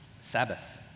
Sabbath